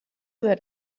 that